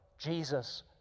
Jesus